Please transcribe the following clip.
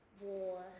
war